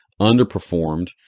underperformed